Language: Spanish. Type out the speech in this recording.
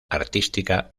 artística